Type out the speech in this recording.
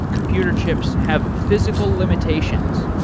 computer chips have physical limitations.